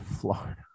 Florida